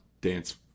Dance